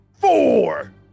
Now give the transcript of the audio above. four